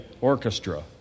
Orchestra